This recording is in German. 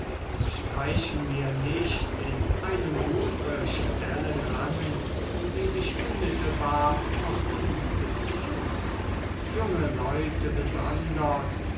streichen wir nicht in einem buche stellen an die sich unmittelbar auf uns beziehen junge leute besonders